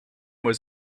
was